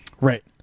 right